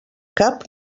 cap